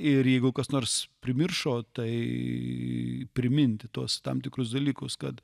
ir jeigu kas nors primiršo tai priminti tuos tam tikrus dalykus kad